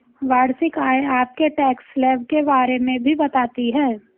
वार्षिक आय आपके टैक्स स्लैब के बारे में भी बताती है